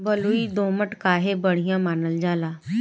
बलुई दोमट काहे बढ़िया मानल जाला?